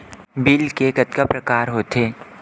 Bill के कतका सारा प्रकार होथे?